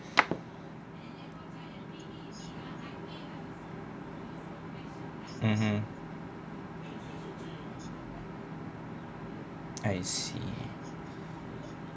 mmhmm I see